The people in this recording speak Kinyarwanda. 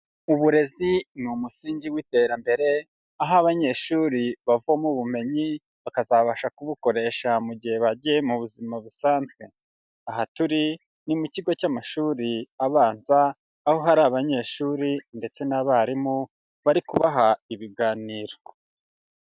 Uburezi ni umusingi w'iterambere, aho abanyeshuri bavoma ubumenyi, bakazabasha kubukoresha mu gihe bagiye mu buzima busanzwe. Aha turi ni mu kigo cy'amashuri abanza, aho hari abanyeshuri ndetse n'abarimu bari kubaha ibiganiro.